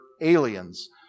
aliens